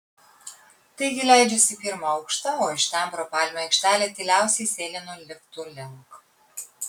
taigi leidžiuosi į pirmą aukštą o iš ten pro palmių aikštelę tyliausiai sėlinu liftų link